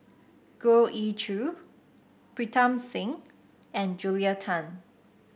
Goh Ee Choo Pritam Singh and Julia Tan